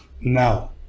Now